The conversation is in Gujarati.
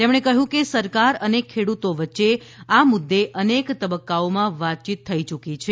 તેમણે કહ્યું કે સરકાર અને ખેડૂતો વચ્ચે આ મુદ્દે અનેક તબક્કાઓમાં વાતચીત થઈ ચૂકી છે